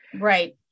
Right